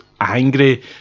angry